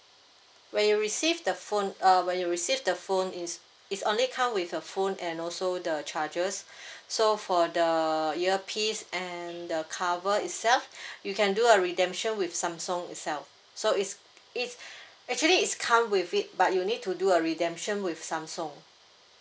when you received the phone err when you received the phone it's it's only come with a phone and also the charger so for the earpiece and the cover itself you can do a redemption with samsung itself so it's it's actually it's come with it but you need to do a redemption with samsung